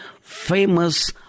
famous